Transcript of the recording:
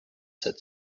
said